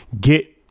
get